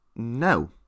no